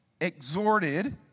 exhorted